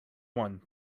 one